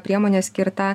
priemonė skirta